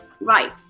right